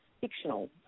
fictional